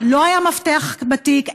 לא היה מפתח בתיק,